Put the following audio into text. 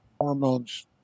Hormones